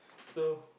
so